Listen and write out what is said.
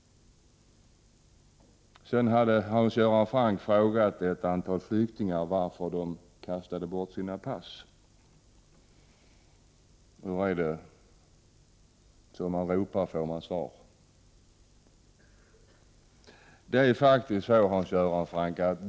Hans Göran Franck hade frågat ett antal flyktingar om varför de hade kastat bort sina pass. — Som man ropar får man svar.